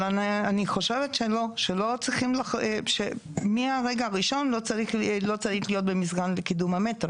אבל אני חושבת שמהרגע הראשון לא צריך להיות במסגרת לקידום המטרו,